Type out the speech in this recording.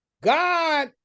God